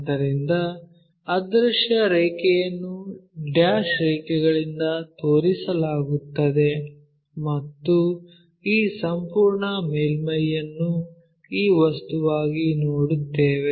ಆದ್ದರಿಂದ ಅದೃಶ್ಯ ರೇಖೆಯನ್ನು ಡ್ಯಾಶ್ ರೇಖೆಗಳಿಂದ ತೋರಿಸಲಾಗುತ್ತದೆ ಮತ್ತು ಈ ಸಂಪೂರ್ಣ ಮೇಲ್ಮೈಯನ್ನು ಈ ವಸ್ತುವಾಗಿ ನೋಡುತ್ತೇವೆ